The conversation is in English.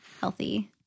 healthy